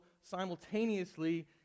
simultaneously